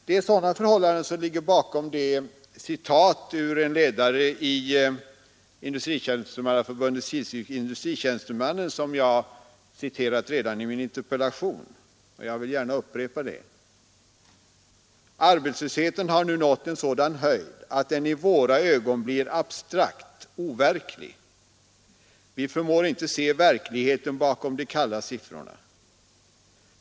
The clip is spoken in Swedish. Det är sådana förhållanden som ligger bakom det citat ur en ledare i Industritjänstemannaförbundets tidskrift Industritjänstemannen som jag gjort redan i min interpellation och som jag gärna vill upprepa: ”Arbetslösheten har nu nått en sådan höjd att den i våra ögon blir abstrakt, overklig. Vi förmår inte se verkligheten bakom de kalla siffrorna.